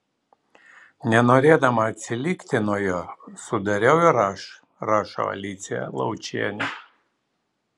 nenorėdama atsilikti nuo jo sudariau ir aš rašo alicija laučienė